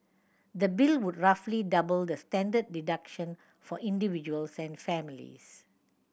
the bill would roughly double the standard deduction for individuals and families